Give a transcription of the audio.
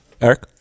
Eric